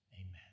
Amen